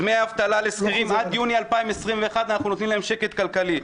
דמי אבטלה לשכירים עד יוני 2021 ואנחנו נותנים להם שקט כלכלי.